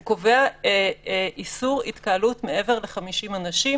הוא קובע איסור התקהלות מעבר ל-50 אנשים,